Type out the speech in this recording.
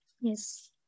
Yes